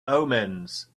omens